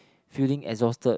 feeling exhausted